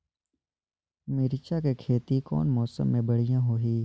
मिरचा के खेती कौन मौसम मे बढ़िया होही?